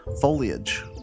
foliage